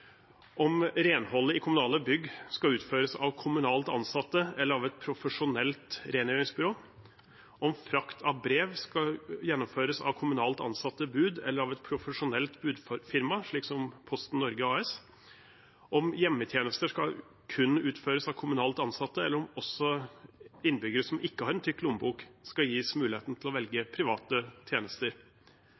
om renholdet i kommunale bygg skal utføres av kommunalt ansatte eller av et profesjonelt rengjøringsbyrå, om frakt av brev skal gjennomføres av kommunalt ansatte bud eller av et profesjonelt budfirma, slik som Posten Norge AS, om hjemmetjenester kun skal utføres av kommunalt ansatte, eller om også innbyggere som ikke har en tykk lommebok, skal gis muligheten til å velge private tjenester.